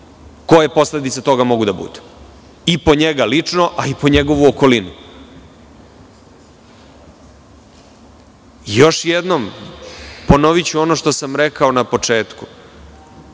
koje posledice toga mogu da budu, i po njega lično i po njegovu okolinu. Još jednom ću ponoviti ono što sam rekao na početku.